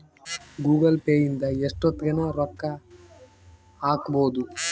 Google Pay ಇಂದ ಎಷ್ಟೋತ್ತಗನ ರೊಕ್ಕ ಹಕ್ಬೊದು